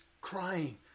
crying